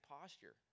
posture